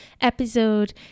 episode